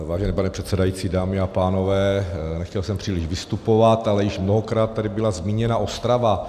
Vážený pane předsedající, dámy a pánové, nechtěl jsem příliš vystupovat, ale již mnohokrát tady byla zmíněna Ostrava.